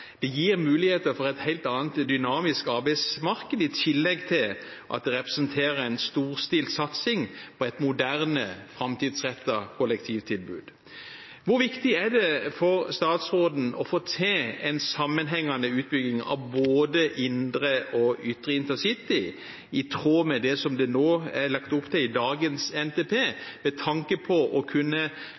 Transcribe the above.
det representerer en storstilt satsing på et moderne, framtidsrettet kollektivtilbud. Hvor viktig er det for statsråden å få til en sammenhengende utbygging av både indre og ytre intercity, i tråd med det som det nå er lagt opp til i dagens NTP, med tanke på å kunne